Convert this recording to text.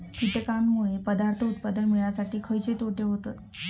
कीटकांनमुळे पदार्थ उत्पादन मिळासाठी खयचे तोटे होतत?